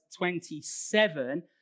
27